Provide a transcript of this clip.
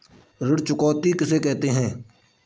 ऋण चुकौती किसे कहते हैं?